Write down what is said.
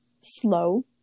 slow